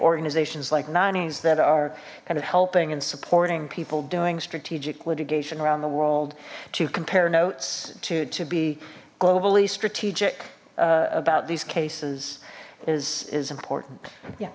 organizations like nannies that are kind of helping and supporting people doing strategic litigation around the world to compare notes to to be globally strategic about these cases is is important